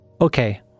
Okay